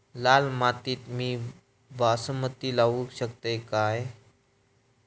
लाल मातीत मी बासमती लावू शकतय काय?